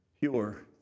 pure